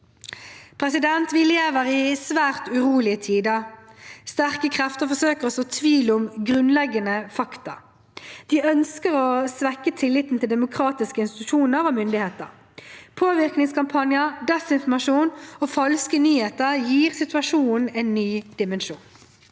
Vi lever i svært urolige tider. Sterke krefter forsøker å så tvil om grunnleggende fakta. De ønsker å svekke tilliten til demokratiske institusjoner og myndigheter. Påvirkningskampanjer, desinformasjon og falske nyheter gir situasjonen en ny dimensjon.